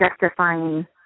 justifying